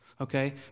okay